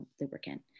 lubricant